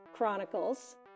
Chronicles